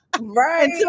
Right